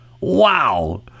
wow